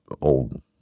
old